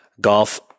golf